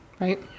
right